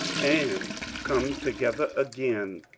and come together again,